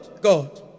God